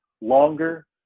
longer